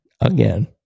again